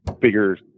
bigger